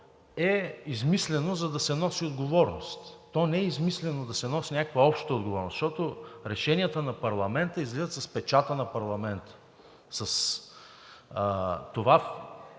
е измислено, за да се носи отговорност. То не е измислено, за да се носи някаква обща отговорност, защото решенията на парламента излизат с печата на парламента, с всеки,